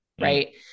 Right